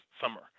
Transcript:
summer